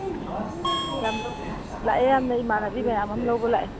ꯑꯍꯥ ꯌꯥꯝ ꯂꯧ ꯂꯥꯛꯑꯦ ꯌꯥꯝꯅ ꯏꯃꯥꯟꯅꯕꯤ ꯃꯌꯥꯝ ꯑꯃ ꯂꯧꯕ ꯂꯥꯛꯑꯦ